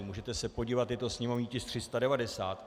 Můžete se podívat, je to sněmovní tisk 390.